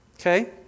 okay